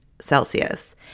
Celsius